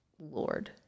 Lord